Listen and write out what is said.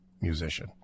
musician